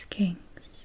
kings